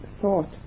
thought